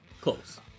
Close